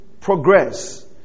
progress